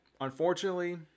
unfortunately